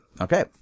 Okay